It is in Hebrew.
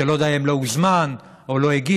שאני לא יודע אם לא הוזמן או לא הגיע,